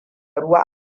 ruwa